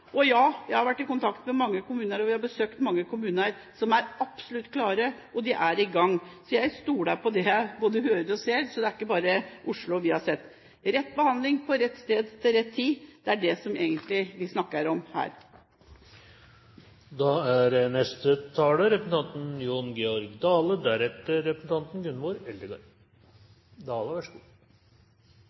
Og ja: Jeg har vært i kontakt med mange kommuner og har besøkt mange kommuner som er absolutt klare. Og de er i gang. Jeg stoler på det jeg både hører og ser, og det er ikke bare Oslo vi har sett. Rett behandling på rett sted til rett tid, det er det vi egentlig snakker om her. Til liks med representanten Geir-Ketil Hansen skal eg også snakke om Framstegspartiet sin utmerkte helsepolitikk. Det er jo litt spesielt å høyre representanten